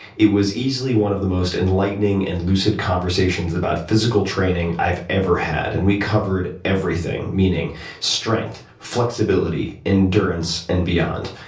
it was easily one of the most enlightening and lucid conversations about physical training i've ever had. and we covered everything, meaning strength, flexibility, endurance, and beyond.